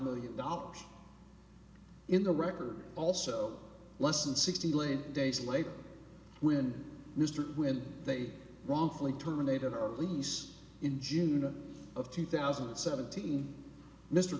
million dollars in the record also less than sixty late days later when mr when they wrongfully terminated our lease in june of two thousand and seventeen mr